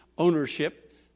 ownership